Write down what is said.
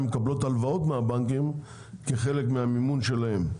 מקבלות הלוואות מהבנקים כחלק מהמימון שלהם.